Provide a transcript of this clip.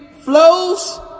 flows